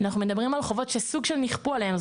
אנחנו מדברים על חובות שסוג של נכפו עליהם.